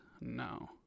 No